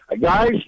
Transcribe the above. guys